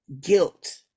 guilt